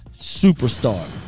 superstar